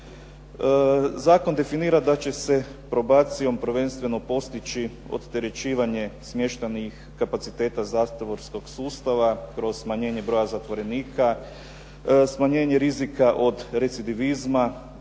Zakon definira da će se probacijom prvenstveno postići oterećivanje smještajnih kapaciteta zatvorskog sustava kroz smanjenje broja zatvorenika. Smanjenje rizika od recidivizma